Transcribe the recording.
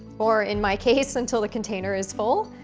or in my case until the container is full,